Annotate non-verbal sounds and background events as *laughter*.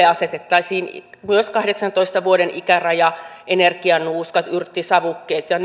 *unintelligible* asetettaisiin myös kahdeksantoista vuoden ikäraja energianuuskat yrttisavukkeet ja *unintelligible*